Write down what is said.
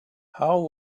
how